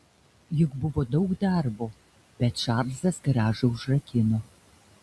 juk buvo daug darbo bet čarlzas garažą užrakino